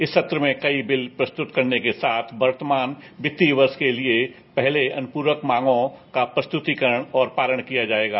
इस सत्र में कई बिल प्रस्तुत करने के साथ वर्तमान वित्तीय वर्ष के लिए पहले अनुपूरक मांगों और प्रस्तुतिकरण और पालन किया जाएगा